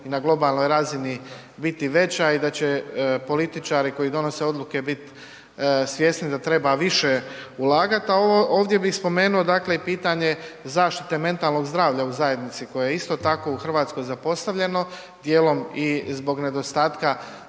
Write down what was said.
i na globalnoj razini biti veća i da će političari koji donose odluke biti svjesni da treba više ulagati. A ovdje bi spomenuo dakle i pitanje zaštite mentalnog zdravlja u zajednici koje je isto tako u Hrvatskoj zapostavljeno, dijelom i zbog nedostatka